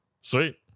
Sweet